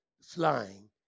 flying